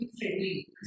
friendly